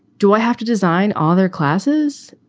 do i have to design all their classes?